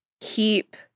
keep